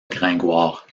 gringoire